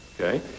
okay